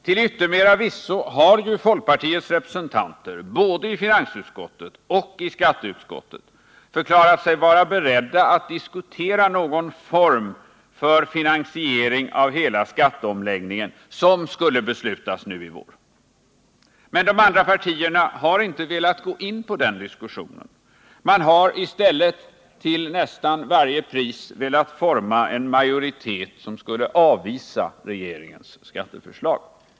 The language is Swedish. Till yttermera visso har ju folkpartiets representanter både i finansutskottet och i skatteutskottet förklarat sig vara beredda att diskutera någon form för finansiering av hela skatteomläggningen som skulle beslutas nu i vår, men de andra partierna har inte velat gå in på den diskussionen. De har i stället till nästan varje pris velat forma en majoritet, som skulle avvisa regeringens skatteförslag.